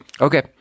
Okay